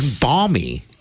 balmy